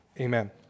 Amen